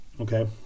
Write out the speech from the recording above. okay